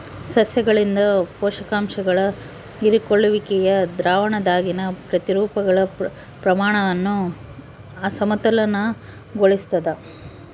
ಸಸ್ಯಗಳಿಂದ ಪೋಷಕಾಂಶಗಳ ಹೀರಿಕೊಳ್ಳುವಿಕೆಯು ದ್ರಾವಣದಾಗಿನ ಪ್ರತಿರೂಪಗಳ ಪ್ರಮಾಣವನ್ನು ಅಸಮತೋಲನಗೊಳಿಸ್ತದ